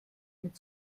mit